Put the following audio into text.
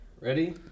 Ready